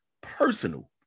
personal